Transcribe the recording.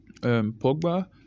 Pogba